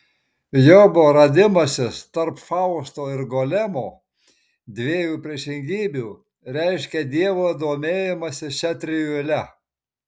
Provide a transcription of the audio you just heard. jobo radimasis tarp fausto ir golemo dviejų priešingybių reiškia dievo domėjimąsi šia trijule